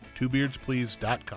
twobeardsplease.com